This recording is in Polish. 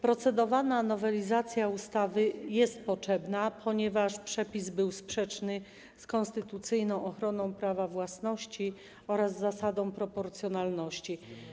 Procedowana nowelizacja ustawy jest potrzebna, ponieważ przepis był sprzeczny z konstytucyjną ochroną prawa własności oraz zasadą proporcjonalności.